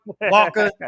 Walker